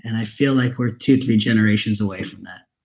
and i feel like we're two, three generations away from that